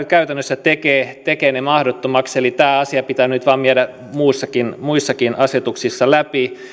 käytännössä tekevät sen mahdottomaksi eli tämä asia pitää nyt vain viedä muissakin muissakin asetuksissa läpi